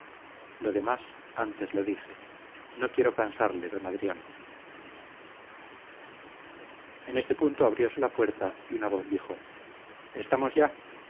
lo demás antes lo dije no quiero cansarle don adrián en este punto abriose la puerta y una voz dijo estamos ya